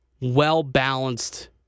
well-balanced